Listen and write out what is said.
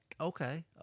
Okay